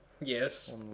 Yes